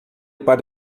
para